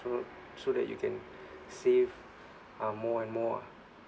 so so that you can save uh more and more ah